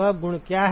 वह गुण क्या है